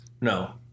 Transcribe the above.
No